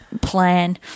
plan